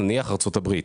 נניח ארצות הברית.